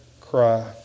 cry